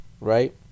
Right